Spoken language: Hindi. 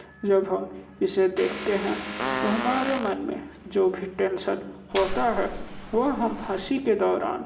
जब हम इसे देखते हैं तो हमारे मन में जो भी टेंशन होता है वह हम हँसी के दौरान